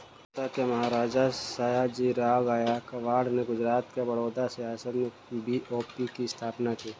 बड़ौदा के महाराजा, सयाजीराव गायकवाड़ ने गुजरात के बड़ौदा रियासत में बी.ओ.बी की स्थापना की